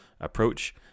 approach